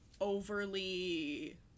overly